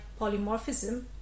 polymorphism